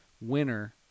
Winner